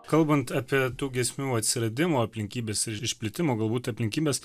kalbant apie tų giesmių atsiradimo aplinkybes ir išplitimo galbūt aplinkybes